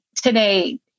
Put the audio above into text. today